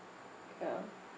ya